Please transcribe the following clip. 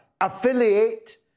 affiliate